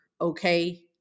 okay